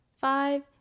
five